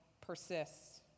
persists